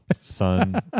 son